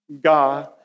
God